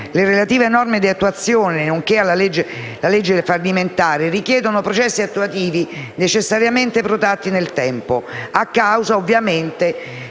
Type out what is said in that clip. Grazie,